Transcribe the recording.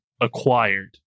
acquired